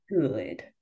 good